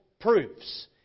proofs